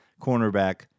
cornerback